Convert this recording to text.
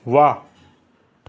वा